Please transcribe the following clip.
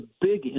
big